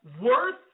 worth